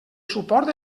suport